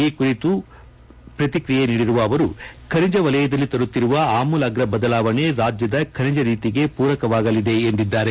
ಈ ಕುರಿತು ಪ್ರಕಿಕ್ರಿಯೆ ನೀಡಿರುವ ಅವರು ಖನಿಜ ವಲಯದಲ್ಲಿ ತರುತ್ತಿರುವ ಅಮೂಲಾಗ್ರ ಬದಲಾವಣೆ ರಾಜ್ಯದ ಖನಿಜ ನೀತಿಗೆ ಪೂರಕವಾಗಲಿದೆ ಎಂದಿದ್ದಾರೆ